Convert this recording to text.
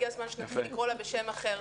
הגיע הזמן שנתחיל לקרוא לה בשם אחר.